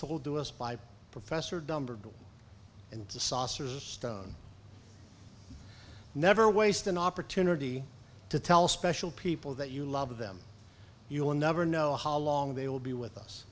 told to us by professor dumble in the saucers a stone never waste an opportunity to tell special people that you love them you will never know how long they will be with us